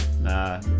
Nah